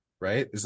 right